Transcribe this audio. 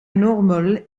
normal